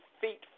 feet